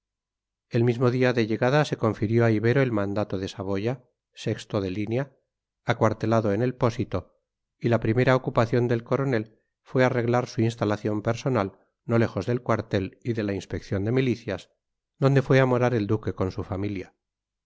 el mismo día de llegada se confirió a ibero el mando de saboya acuartelado en el pósito y la primera ocupación del coronel fue arreglar su instalación personal no lejos del cuartel y de la inspección de milicias donde fue a morar el duque con su familia